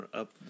up